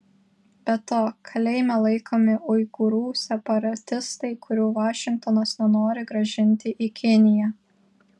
be to kalėjime laikomi uigūrų separatistai kurių vašingtonas nenori grąžinti į kiniją